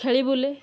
ଖେଳି ବୁଲେ